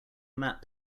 matte